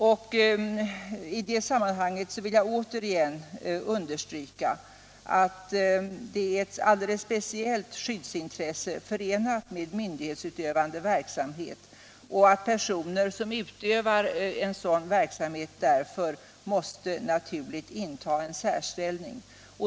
I det sammanhanget vill jag återigen understryka att det är ett alldeles speciellt skyddsintresse förenat med myndighetsutövande verksamhet och att personer som utövar en sådan verksamhet därför naturligen måste inta en särställning.